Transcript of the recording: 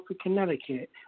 Connecticut